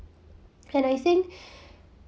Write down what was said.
and I think